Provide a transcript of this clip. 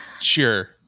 Sure